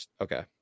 Okay